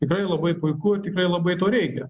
tikrai labai puiku tikrai labai to reikia